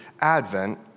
Advent